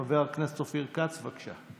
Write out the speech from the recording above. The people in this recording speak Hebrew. חבר הכנסת אופיר כץ, בבקשה.